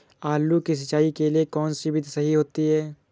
आलू की सिंचाई के लिए कौन सी विधि सही होती है?